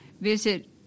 Visit